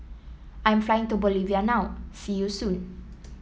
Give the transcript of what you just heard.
I am flying to Bolivia now See you soon